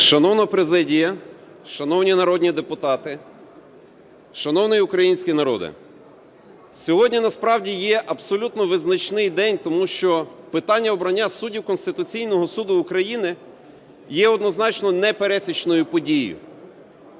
Шановна президія, шановні народні депутати, шановний український народе! Сьогодні, насправді, є абсолютно визначний день. Тому що питання обрання суддів Конституційного Суду України є, однозначно, непересічною подією.